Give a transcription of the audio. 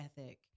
ethic